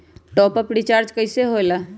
Top up recharge कइसे होएला?